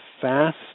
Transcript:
fast